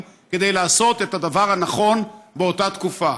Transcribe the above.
כדי לעשות את הדבר הנכון באותה תקופה.